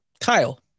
Kyle